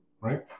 right